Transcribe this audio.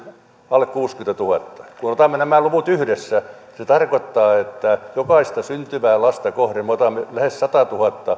alle kuusikymmentätuhatta kun otamme nämä luvut yhdessä se tarkoittaa että jokaista syntyvää lasta kohden me otamme lähes satatuhatta